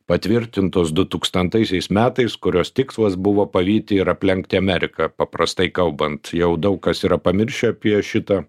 patvirtintos du tūkstantaisiais metais kurios tikslas buvo pavyti ir aplenkti ameriką paprastai kalbant jau daug kas yra pamiršę apie šitą